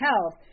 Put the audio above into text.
health